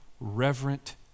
reverent